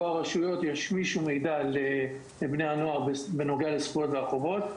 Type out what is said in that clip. הרשויות ישמישו מידע לבני נוער לגבי הזכויות והחובות.